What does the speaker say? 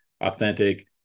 authentic